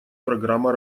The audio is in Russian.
программа